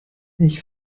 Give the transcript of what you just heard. ich